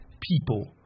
people